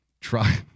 Try